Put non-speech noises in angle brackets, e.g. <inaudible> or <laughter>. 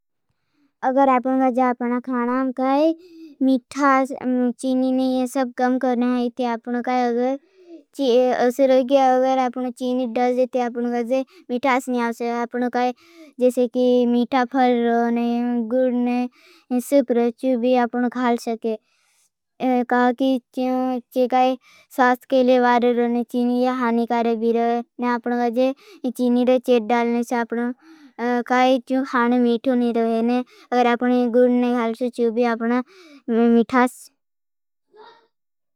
अगर आपने खानां काई <hesitation> मिठास चीनी ने ये सब कम करने हैं। ते आपने काई अगर असरोगी अगर आपने चीनी डल जे ते। आपने काई मिठास ने आपने काई जैसे की मिठा फल गुर्ण सुप रोच्चू भी आपने खाल सकें। काई स्वागत के लिए बारे रोच्चू चीनी ये हानी कारे भी रहे हैं। आपने काई चीनी डल चेट डालने से आपने काई चीनी खानां <hesitation> मिठाने ने रहे हैं। अगर अगर आपने गुर्ण ने खाल सकें चीनी भी आपने मिठास हैं।